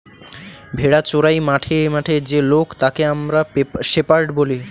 ভেড়া চোরাই মাঠে মাঠে যে লোক তাকে আমরা শেপার্ড বলি